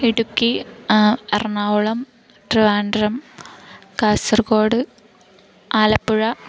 Idukki Ernakulam Trivandrum Kasaragod Alappuzha